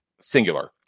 singular